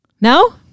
No